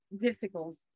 difficult